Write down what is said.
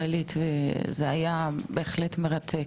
היה בהחלט מרתק.